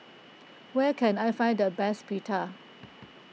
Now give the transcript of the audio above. where can I find the best Pita